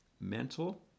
mental